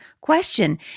question